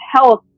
health